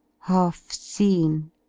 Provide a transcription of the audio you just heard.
half-seen,